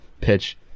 pitch